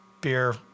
beer